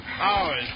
hours